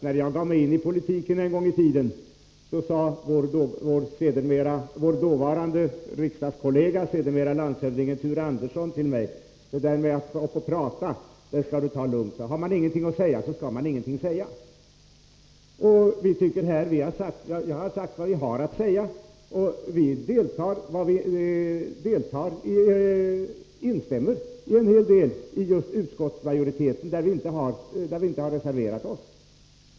När jag gav mig in i politiken en gång i tiden, sade min dåvarande riksdagskollega, sedermera landshövdingen Ture Andersson till mig: Med att prata skall du ta det lugnt. Har man ingenting att säga, skall man ingenting säga. Vi moderater har sagt vad vi har att säga. Vi instämmer i en hel del av utskottsmajoritetens skrivning, och där har vi inte reserverat oss.